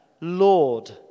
Lord